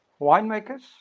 winemakers